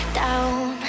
down